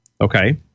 Okay